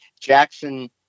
Jackson